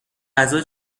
غذا